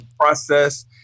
process